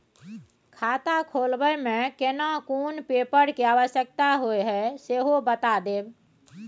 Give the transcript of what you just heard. खाता खोलैबय में केना कोन पेपर के आवश्यकता होए हैं सेहो बता देब?